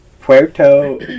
Puerto